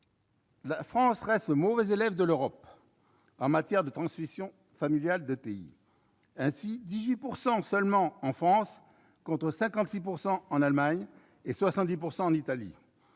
la France reste le mauvais élève de l'Europe en matière de transmission familiale d'ETI : 18 % seulement dans notre pays, contre 56 % en Allemagne et 70 % en Italie.